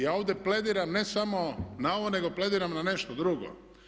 Ja ovdje plediram ne samo na ovo nego plediram na nešto drugo.